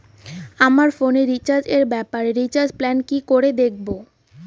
আমার ফোনে রিচার্জ এর ব্যাপারে রিচার্জ প্ল্যান কি করে দেখবো?